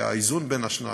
והאיזון בין השניים,